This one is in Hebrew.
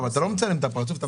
אבל אתה לא מצלם את הפנים.